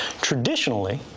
Traditionally